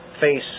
face